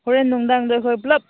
ꯍꯣꯔꯦꯟ ꯅꯨꯡꯗꯥꯡꯗꯣ ꯑꯩꯈꯣꯏ ꯄꯨꯜꯂꯞ